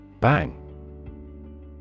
Bang